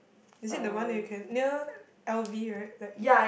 is it the one that you can near l_v right the bag